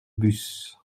bus